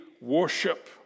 worship